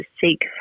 seek